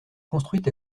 construite